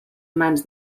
mans